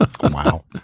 Wow